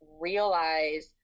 realize